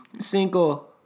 Single